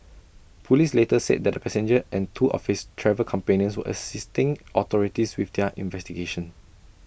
Police later said that the passenger and two of his travel companions were assisting authorities with their investigations